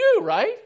right